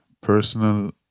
personal